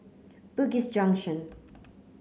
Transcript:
Bugis Junction